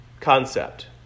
concept